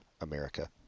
America